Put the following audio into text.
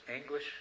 English